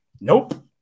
Nope